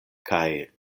kaj